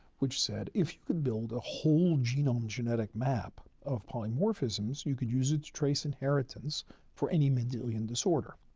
which said, if you could build a whole genome genetic map of polymorphisms, you could use its trace inheritance for any mendelian disorder.